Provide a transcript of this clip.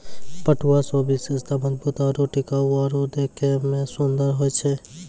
पटुआ रो विशेषता मजबूत आरू टिकाउ आरु देखै मे सुन्दर होय छै